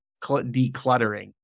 decluttering